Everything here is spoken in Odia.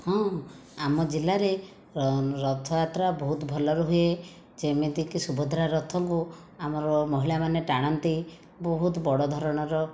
ହଁ ଆମ ଜିଲ୍ଲାରେ ରଥଯାତ୍ରା ବହୁତ ଭଲରେ ହୁଏ ଯେମିତିକି ସୁଭଦ୍ରା ରଥକୁ ଆମର ମହିଳା ମାନେ ଟାଣନ୍ତି ବହୁତ ବଡ଼ ଧରଣର